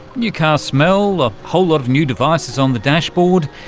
new car smell, a whole lot of new devices on the dashboard,